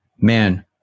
man